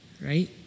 right